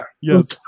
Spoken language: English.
Yes